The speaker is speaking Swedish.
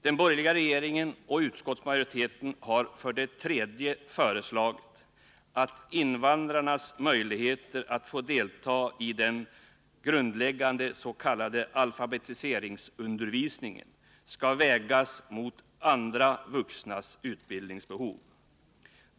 Den borgerliga regeringen och utskottsmajoriteten har för det tredje föreslagit att invandrarnas möjligheter att få delta i den grundläggande s.k. alfabetiseringsundervisningen skall vägas mot andra vuxnas utbildningsbehov.